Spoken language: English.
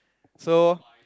so